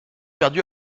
perdu